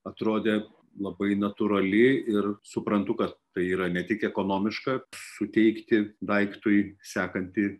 atrodė labai natūrali ir suprantu kad tai yra ne tik ekonomiška suteikti daiktui sekantį